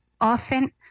often